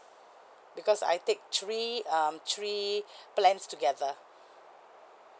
because I take three um three plans together